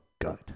good